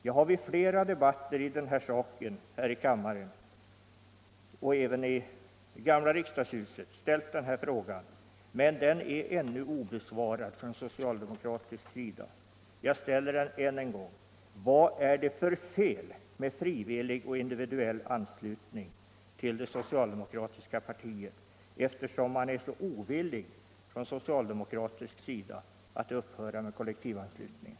Jag har under flera debatter i den här saken, här i kammaren och även i gamla riksdagshuset, ställt den frågan, men den är ännu obesvarad från socialdemokratisk sida. Jag ställer den än en gång: Vad är det för fel med frivillig och individuell anslutning till det socialdemokratiska partiet, eftersom man är så ovillig från socialdemokratisk sida att upphöra med kollektivanslutningen?